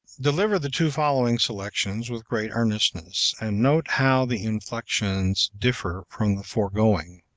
deliver the two following selections with great earnestness, and note how the inflections differ from the foregoing.